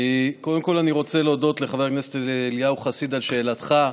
קודם כול אני רוצה להודות לחבר הכנסת אליהו חסיד על שאלתו.